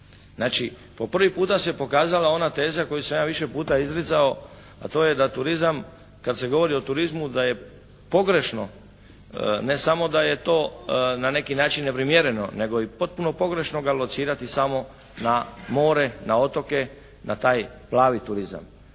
po prvi puta se pokazala ona teza koju sam ja više puta izricao, a to je da turizam, kada se govori o turizmu da je pogrešno, ne samo da je to na neki način neprimjereno, nego i potpuno pogrešno ga locirati samo na more, na otoke, na taj plavi turizam.